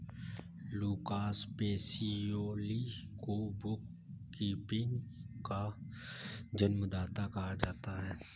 Lucas Pacioli को bookkeeping का जन्मदाता कहा जाता है